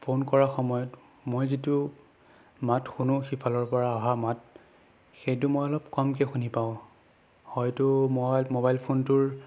phone কৰা সময়ত মই যিটো মাত শুনোঁ সিফালৰ পৰা অহা মাত সেইটো মই অলপ কমকৈ শুনি পাওঁ হয়তো মই মোবাইল ফোনটোৰ